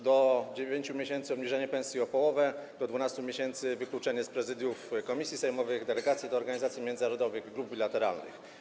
Do 9 miesięcy obniżenie pensji o połowę, do 12 miesięcy wykluczenie z prezydiów komisji sejmowych, delegacji do organizacji międzynarodowych, grup bilateralnych.